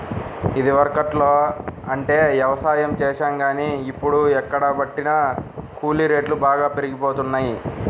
ఇదివరకట్లో అంటే యవసాయం చేశాం గానీ, ఇప్పుడు ఎక్కడబట్టినా కూలీ రేట్లు బాగా పెరిగిపోతన్నయ్